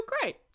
great